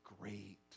Great